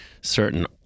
certain